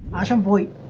i simply